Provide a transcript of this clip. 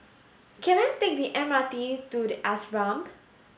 can I take the M R T to The Ashram